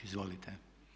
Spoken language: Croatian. Izvolite.